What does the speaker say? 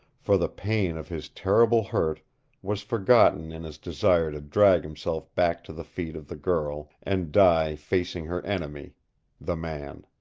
for the pain of his terrible hurt was forgotten in his desire to drag himself back to the feet of the girl, and die facing her enemy the man.